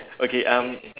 okay um